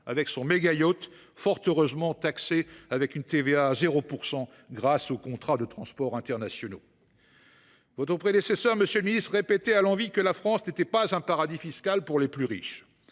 lequel bénéficie, fort heureusement, d’une TVA à 0 % grâce aux contrats de transport internationaux. Votre prédécesseur, monsieur le ministre, répétait à l’envi que la France n’était pas un paradis fiscal pour les plus riches.